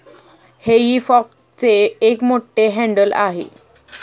हेई फॉकचे एक मोठे हँडल आहे